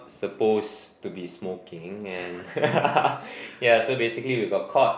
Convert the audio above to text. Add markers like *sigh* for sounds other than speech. suppose to be smoking and *laughs* yeah so basically we got caught